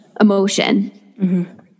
emotion